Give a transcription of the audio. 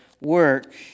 work